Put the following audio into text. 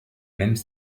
mêmes